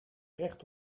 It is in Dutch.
recht